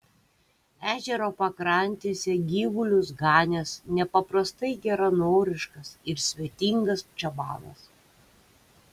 ežero pakrantėse gyvulius ganęs nepaprastai geranoriškas ir svetingas čabanas